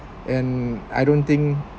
and I don't think